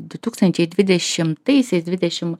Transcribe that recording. du tūkstančiai dvidešimtaisiais dvidešimt